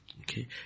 Okay